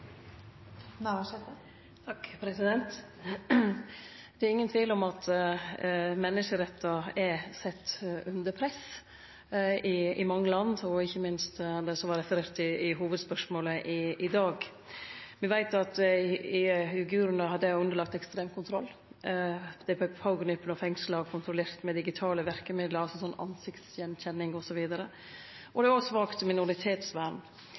ingen tvil om at menneskerettar er sette under press i mange land, og ikkje minst det som det vart referert til i hovudspørsmålet i dag. Me veit at uigurane er underlagde ekstrem kontroll. Dei vert pågripne og fengsla og kontrollerte med digitale verkemiddel, ansiktsgjenkjenning osv., og dei har eit svakt minoritetsvern.